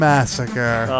Massacre